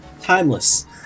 timeless